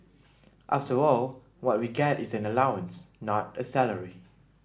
after all what we get is an allowance not a salary